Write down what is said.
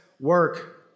work